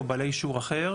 או בעלי אישור אחר.